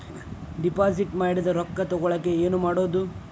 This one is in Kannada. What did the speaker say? ಡಿಪಾಸಿಟ್ ಮಾಡಿದ ರೊಕ್ಕ ತಗೋಳಕ್ಕೆ ಏನು ಮಾಡೋದು?